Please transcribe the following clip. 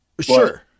Sure